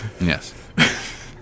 Yes